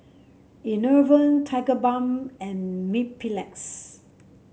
Enervon Tigerbalm and Mepilex